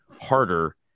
harder